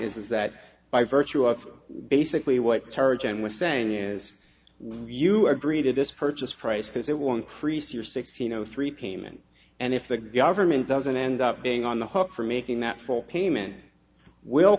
is is that by virtue of basically what charge him with saying is you agree to this purchase price because it will increase your sixteen zero three payment and if the government doesn't end up being on the hook for making that full payment will